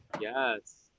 Yes